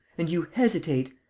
and you hesitate.